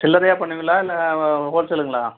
சில்லறையா பண்ணுவிங்களா இல்லை ஹோல் சேலுங்களா